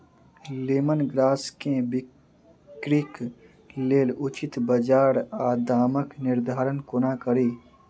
Lemon grass केँ बिक्रीक लेल उचित बजार आ दामक निर्धारण कोना कड़ी?